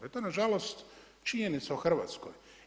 I to je nažalost činjenica u Hrvatskoj.